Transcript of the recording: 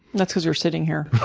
that's because we're sitting here.